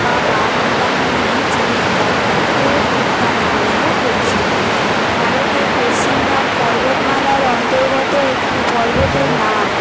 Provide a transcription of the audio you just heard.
বাবা বুদানগিরি যিনি দত্তাত্রেয় পিতা নামেও পরিচিত ভারতের পশ্চিমঘাট পর্বতমালার অন্তর্গত একটি পর্বতের নাম